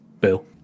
Bill